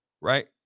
right